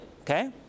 okay